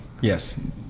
Yes